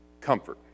comfort